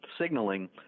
signaling